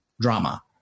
drama